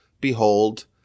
Behold